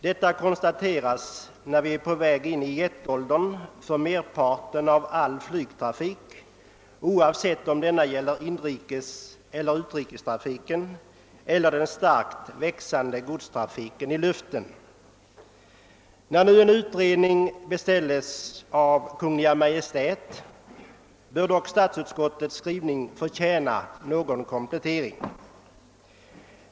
Detta konstateras när merparten av all flygtrafik är på väg in i jetåldern; detta gäller såväl inrikesoch utrikestrafiken som den starkt ökande <godstrafiken i luften. När nu en utredning beställs hos Kungl. Maj:t bör dock statsutskottets skrivning kompletteras.